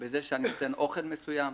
בזה שאתן אוכל מסוים?